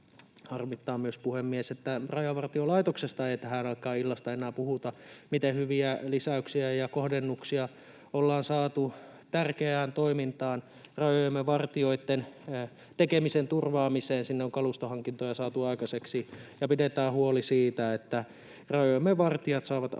Harmittaa myös, puhemies, että Rajavartiolaitoksesta ei tähän aikaan illasta enää puhuta, miten hyviä lisäyksiä ja kohdennuksia ollaan saatu tärkeään toimintaan, rajojemme vartijoitten tekemisen turvaamiseen. Sinne on kalustohankintoja saatu aikaiseksi, ja pidetään huoli siitä, että rajojemme vartijat saavat